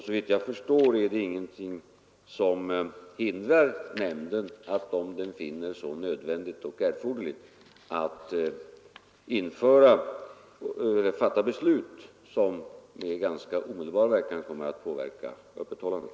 Såvitt jag förstår är det ingenting som hindrar nämnden att, om den finner det erforderligt, fatta beslut som ganska omedelbart kommer att påverka öppethållandet.